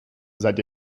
seid